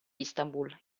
istanbul